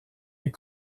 est